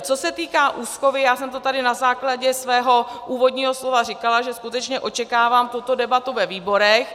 Co se týká úschovy, já jsem to tady na základě svého úvodního slova říkala, že skutečně očekávám tuto debatu ve výborech.